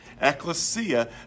ecclesia